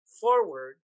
Forward